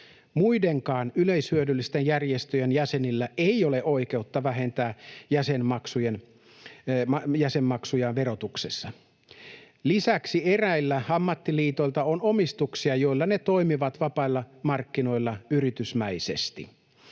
Muidenkaan yleishyödyllisten järjestöjen jäsenillä ei ole oikeutta vähentää jäsenmaksujaan verotuksessa. Lisäksi eräillä ammattiliitoilla on omistuksia, joilla ne toimivat vapailla markkinoilla yritysmäisesti.